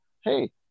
Hey